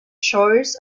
shores